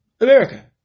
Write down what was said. America